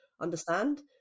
understand